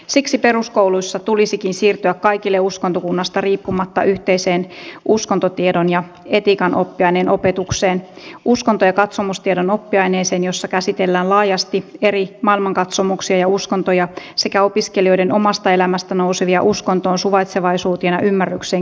siksi peruskouluissa tulisikin siirtyä kaikille uskontokunnasta riippumatta yhteiseen uskontotiedon ja etiikan oppiaineen opetukseen uskonto ja katsomustiedon oppiaineeseen jossa käsitellään laajasti eri maailmankatsomuksia ja uskontoja sekä opiskelijoiden omasta elämästä nousevia uskontoon suvaitsevaisuuteen ja ymmärrykseen kytkeytyviä sisältöjä